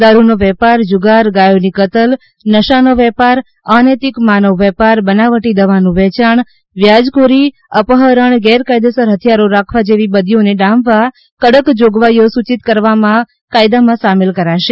દારૂનો વેપાર જુગાર ગાયોની કતલ નશાનો વેપાર અનૈતિક માનવ વેપાર બનાવટી દવાનું વેયાણ વ્યાજખોરી અપહરણ ગેરકાયદેસર હથિયારો રાખવા જેવી બદીઓને ડામવા કડક જોગવાઇઓ સૂચિત કાયદા માં સામેલ કરાશે